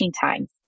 times